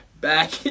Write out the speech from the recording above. back